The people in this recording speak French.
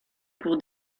pour